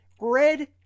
red